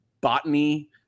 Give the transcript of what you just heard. botany